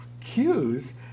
cues